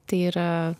tai yra